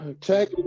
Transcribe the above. check